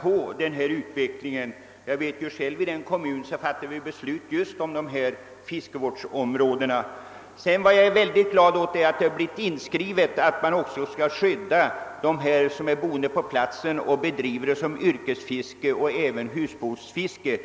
på utvecklingen. I min hemkommun har vi tillsatt en utredning för att eventuellt bilda fiskevårdsområden. Jag är också glad över att det i lagen blivit inskrivet att man skall skydda dem som bor på platsen och bedriver yrkeseller husbehovsfiske.